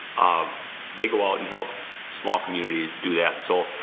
um they go out and help small communities do that. so,